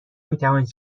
میتوانید